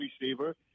receiver